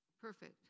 perfect